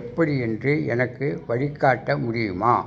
எப்படி என்று எனக்கு வழிகாட்ட முடியுமா